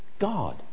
God